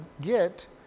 get